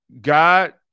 God